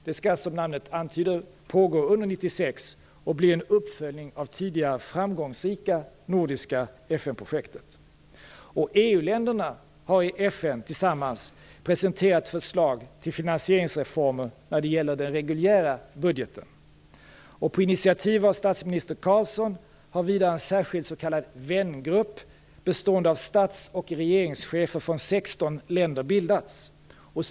Det skall som namnet antyder pågå under 1996 och bli en uppföljning av det tidigare framgångsrika nordiska FN projektet. EU-länderna har tillsammans i FN presenterat ett förslag till finansieringsformer när det gäller den reguljära budgeten. På initiativ av statsminister Ingvar Carlsson har vidare en särskild s.k. vängrupp bestående av stats och regeringschefer från 16 länder bildats.